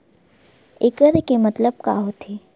एकड़ के मतलब का होथे?